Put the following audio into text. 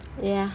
ya